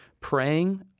praying